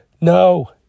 No